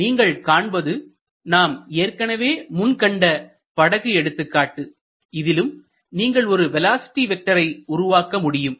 நீங்கள் காண்பது நாம் ஏற்கனவே முன்கண்ட படகு எடுத்துக்காட்டு இதிலும் நீங்கள் ஒரு வேலோஸிட்டி வெக்டர்ரை உருவாக்க முடியும்